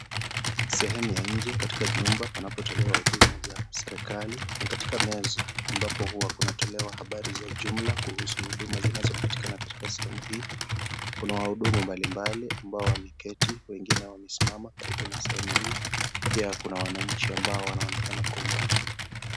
Sehemu ya nje katika jumba panapotolewa huduma za serikali ni katika meza ambapo huwa unatolewa habari za jumla kuhusu huduma zinazopatikana katika sehemu hii. Kuna wahudumu mbalimbali ambao wameketi , wengine wamesimama karibu na sehemu hii pia Kuna wanainchi ambao wanaonekana kwa umbali